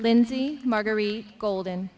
lindsay marguerite golden